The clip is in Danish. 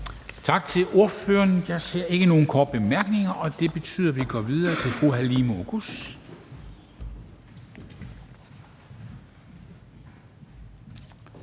tak til ordføreren. Der er ikke flere korte bemærkninger, og det betyder, at vi går videre til fru Rosa